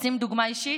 רוצים דוגמה אישית?